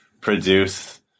produce